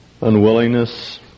unwillingness